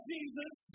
Jesus